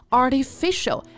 artificial